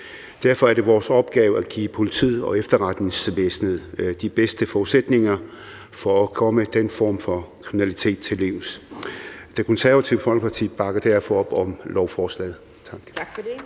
Derfor er det vores opgave at give politiet og efterretningsvæsenet de bedste forudsætninger for at komme den form for kriminalitet til livs. Det Konservative Folkeparti bakker derfor op om lovforslaget.